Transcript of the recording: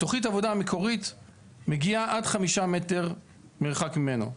תכנית העבודה המקורית מגיעה עד 5 מטרים מרחק ממנו.